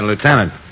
Lieutenant